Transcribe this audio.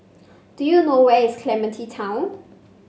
do you know where is Clementi Town